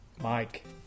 Mike